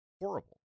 horrible